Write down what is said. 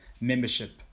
Membership